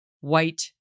white